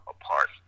apart